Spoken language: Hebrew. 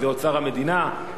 אם אוצר המדינה,